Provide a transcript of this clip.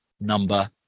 number